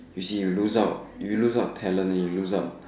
see you lose out you lose out talent you lose out